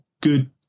good